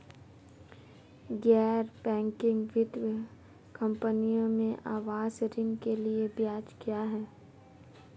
गैर बैंकिंग वित्तीय कंपनियों में आवास ऋण के लिए ब्याज क्या है?